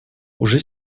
уже